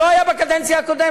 זה לא היה בקדנציה הקודמת.